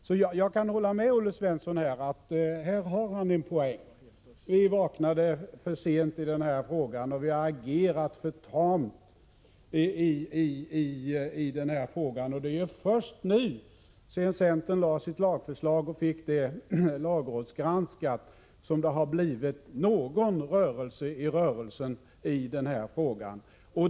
Jag kan alltså hålla med Olle Svensson om att han där har en poäng. Vi vaknade för sent i den här frågan, och vi har agerat för tamt. Det är först nu sedan centern lade fram sitt lagförslag och fick det lagrådsgranskat som det har blivit någon rörelse i rörelsen i den här frågan.